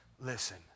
listen